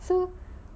so